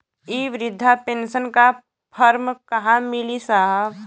इ बृधा पेनसन का फर्म कहाँ मिली साहब?